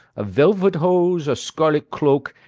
a velvet hose, a scarlet cloak,